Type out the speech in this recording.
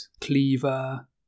Cleaver